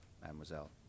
Mademoiselle